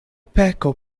peko